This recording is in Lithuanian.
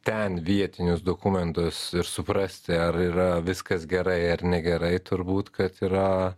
ten vietinius dokumentus ir suprasti ar yra viskas gerai ar negerai turbūt kad yra